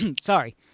sorry